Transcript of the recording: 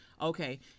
okay